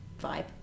vibe